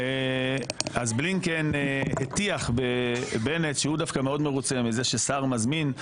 אז בלינקן הטיח בבנט שהוא דווקא מאוד מרוצה מזה שהשר מזמין,